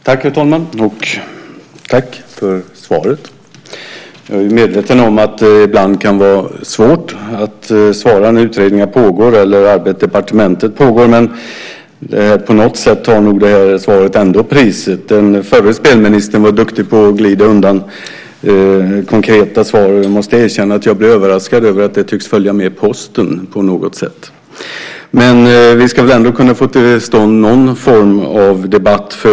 Herr talman! Jag tackar för svaret. Jag är medveten om att det ibland kan vara svårt att svara när utredningar pågår eller arbete på departementet pågår. Men på något sätt tar nog det här svaret ändå priset. Den förre spelministern var duktig på att glida undan konkreta svar. Jag måste erkänna att jag blev överraskad av att det tycks följa med posten på något sätt. Vi ska väl ändå kunna få till stånd någon form av debatt.